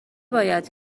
باید